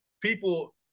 People